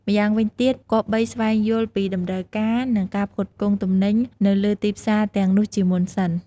ម្យ៉ាងវិញទៀតគប្បីស្វែងយល់ពី តម្រូវការ និងការផ្គត់ផ្គង់ ទំនិញនៅលើទីផ្សារទាំងនោះជាមុនសិន។